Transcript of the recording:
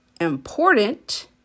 important